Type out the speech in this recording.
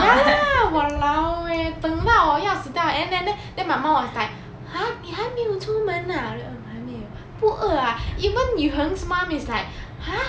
ya lah !walao! eh 等到我要死掉 and the~ then my mum was like !huh! 你还没有出门 ah 不饿 ah even yue heng's mum is like